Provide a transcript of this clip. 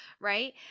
right